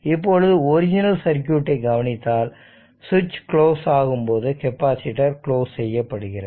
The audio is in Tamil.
இப்பொழுது ஒரிஜினல் சர்க்யூட்டை கவனித்தால் சுவிட்ச் க்ளோஸ் ஆகும்போது கெப்பாசிட்டர் க்ளோஸ் செய்யப்படுகிறது